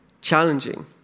Challenging